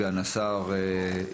סגן השר.